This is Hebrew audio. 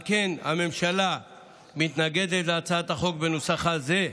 על כן הממשלה מתנגדת להצעת החוק בנוסחה זה.